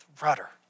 Rudder